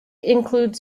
includes